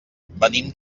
venim